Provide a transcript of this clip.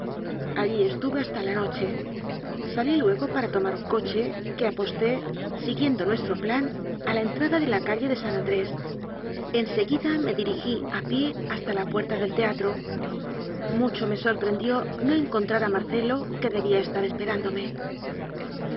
allí estuve hasta la noche salí lue go para tomar un coche que aposté siguiendo nuestro plan a la entrada de la calle de sán andrés en seguida me dirigí a pie hasta la puerta del teatro mucho me sorprendió no en contrar a marcelo que debía estar esperán